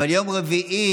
אבל יום רביעי,